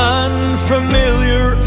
unfamiliar